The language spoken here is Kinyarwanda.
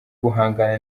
guhangana